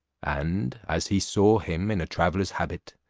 and as he saw him in a traveller's habit,